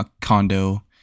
condo